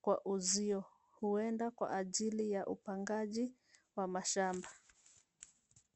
kwa uzio huenda kwa ajili ya upangaji wa mashamba.